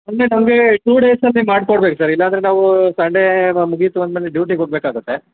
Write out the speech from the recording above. ಅಂದರೆ ನಮಗೆ two days ಅಲ್ಲಿ ಮಾಡ್ಕೊಡ್ಬೇಕು ಸರ್ ಇಲ್ಲಂದರೆ ನಾವು ಸಂಡೇ ಮುಗೀತು ಅಂದ ಮೇಲೆ ಡ್ಯೂಟಿಗೆ ಹೋಗ್ಬೇಕಾಗತ್ತೆ